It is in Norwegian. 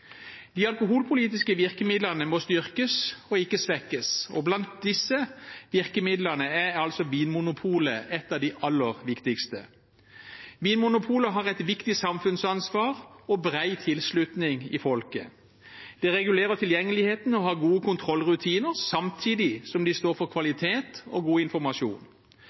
De alkoholpolitiske virkemidlene må styrkes og ikke svekkes, og blant disse virkemidlene er altså Vinmonopolet et av de aller viktigste. Vinmonopolet har et viktig samfunnsansvar og bred tilslutning i folket – de regulerer tilgjengeligheten og har gode kontrollrutiner, samtidig som de står for kvalitet og god informasjon.